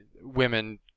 women